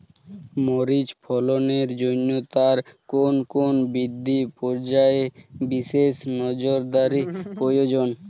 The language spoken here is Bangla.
মরিচ ফলনের জন্য তার কোন কোন বৃদ্ধি পর্যায়ে বিশেষ নজরদারি প্রয়োজন?